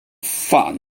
fan